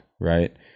right